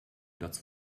dazu